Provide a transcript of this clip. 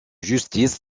justice